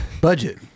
Budget